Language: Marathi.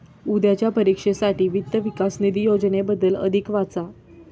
उद्याच्या परीक्षेसाठी वित्त विकास निधी योजनेबद्दल अधिक वाचा